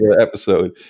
episode